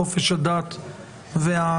חופש הדת והמצפון.